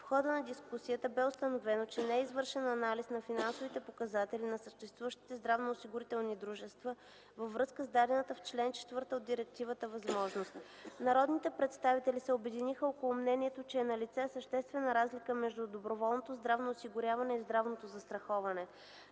В хода на дискусията бе установено, че не е извършен анализ на финансовите показатели на съществуващите здравноосигурителни дружества във връзка с дадената в чл. 4 от директивата възможност. Народните представители се обединиха около мнението, че е налице съществена разлика между доброволното здравно осигуряване и здравното застраховане.